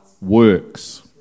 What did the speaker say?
Works